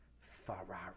Ferrari